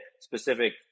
specific